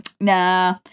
nah